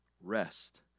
rest